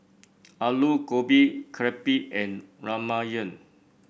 Alu Gobi Crepe and Ramyeon